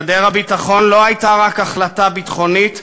גדר הביטחון לא הייתה רק החלטה ביטחונית,